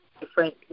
different